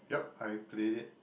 yup I played it